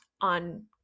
on